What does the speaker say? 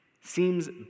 seems